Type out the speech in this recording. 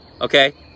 Okay